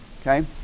Okay